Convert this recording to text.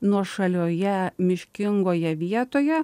nuošalioje miškingoje vietoje